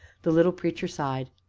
the little preacher sighed.